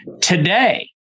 Today